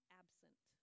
absent